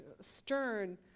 stern